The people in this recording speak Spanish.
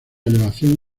elevación